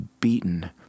beaten